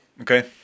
Okay